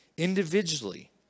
individually